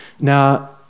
Now